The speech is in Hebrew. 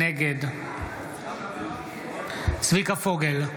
נגד צביקה פוגל,